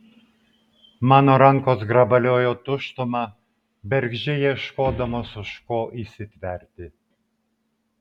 mano rankos grabaliojo tuštumą bergždžiai ieškodamos už ko įsitverti